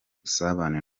ubusabane